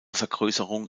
vergrößerung